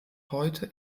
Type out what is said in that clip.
heute